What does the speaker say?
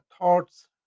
thoughts